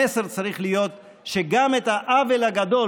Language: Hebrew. המסר צריך להיות שגם את העוול הגדול